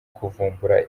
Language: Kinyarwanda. kuvumbura